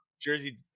Jersey